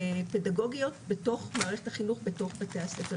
פדגוגיות בתוך מערכת החינוך בתוך בתי הספר.